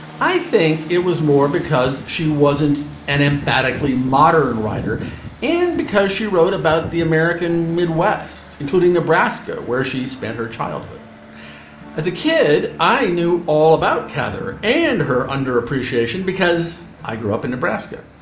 i think it was more because she wasn't an emphatically modern writer and because she wrote about the american midwest, including nebraska, where she spent her childhood as a kid. kid. i knew all about cather and her under appreciation because i grew up in nebraska,